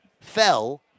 fell